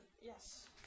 yes